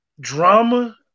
drama